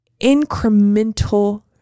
incremental